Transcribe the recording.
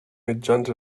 mitjans